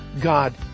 God